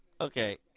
Okay